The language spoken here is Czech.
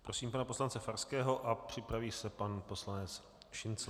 Prosím pana poslance Farského a připraví se pan poslanec Šincl.